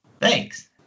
Thanks